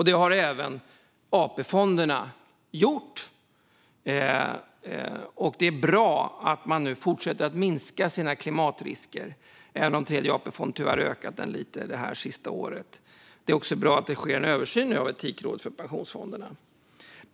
Det har även AP-fonderna gjort. Det är bra att man nu fortsätter att minska klimatriskerna, även om Tredje AP-fonden tyvärr ökat dem lite under det senaste året. Det är också bra att det nu sker en översyn av etikrådet för pensionsfonderna.